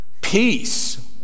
Peace